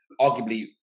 arguably